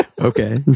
Okay